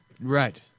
Right